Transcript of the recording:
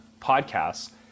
podcasts